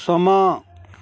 ਸਮਾਂ